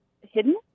hidden